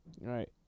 Right